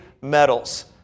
medals